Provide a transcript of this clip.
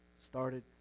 started